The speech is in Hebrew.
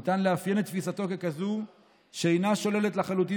ניתן לאפיין את תפיסתו ככזו שאינה שוללת לחלוטין